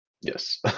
Yes